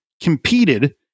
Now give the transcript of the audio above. competed